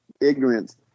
ignorance